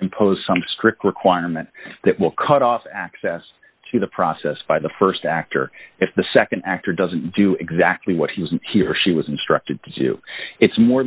impose some strict requirement that will cut off access to the process by the st actor if the nd actor doesn't do exactly what he was he or she was instructed to do it's more